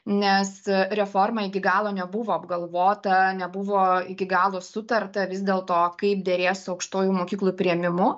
nes reforma iki galo nebuvo apgalvota nebuvo iki galo sutarta vis dėl to kaip derės su aukštųjų mokyklų priėmimu